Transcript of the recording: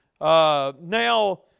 Now